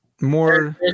more